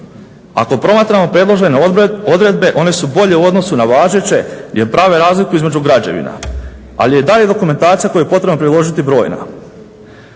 Ako promatramo predložene odredbe one su bolje u odnosu na važeće, jer prave razliku između građevina. Ali je i dalje dokumentacija koju je potrebno priložiti brojna.